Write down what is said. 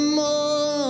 more